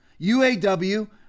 UAW